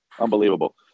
unbelievable